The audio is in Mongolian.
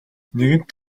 нэгэнт